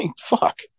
Fuck